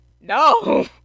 no